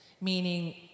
meaning